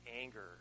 anger